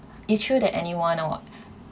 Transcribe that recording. it's true that anyone or what